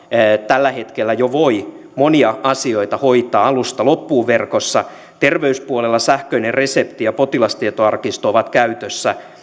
tällä hetkellä jo voi monia asioita hoitaa alusta loppuun verkossa terveyspuolella sähköinen resepti ja potilastietoarkisto ovat käytössä